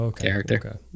character